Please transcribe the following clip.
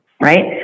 Right